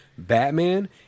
Batman